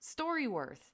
StoryWorth